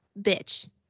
bitch